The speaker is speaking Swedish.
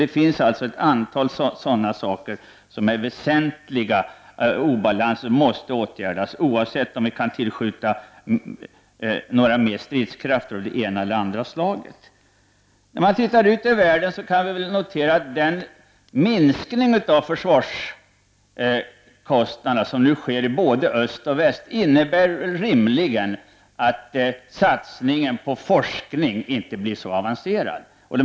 Det finns ett antal sådana obalanser som måste åtgärdas, oavsett om vi kan tillskjuta ytterligare stridskrafter av det ena eller det andra slaget. När man ser ut över världen kan man konstatera att den minskning av försvarskostnaderna som nu sker både i öst och i väst rimligen innebär att satsningen på forskning inte blir så avancerad.